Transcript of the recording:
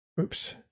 oops